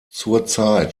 zurzeit